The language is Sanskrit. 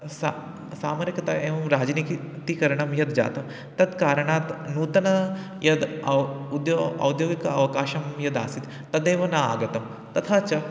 सा सामरिकतया एवं राजनीतिकरणं यद् जातं तत् कारणात् नूतना यद् औ उद्यो औद्योगिकः अवकाशः यः आसीत् तदेव न आगतं तथा च